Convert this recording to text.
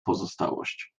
pozostałość